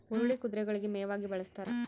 ಹುರುಳಿ ಕುದುರೆಗಳಿಗೆ ಮೇವಾಗಿ ಬಳಸ್ತಾರ